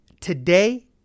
Today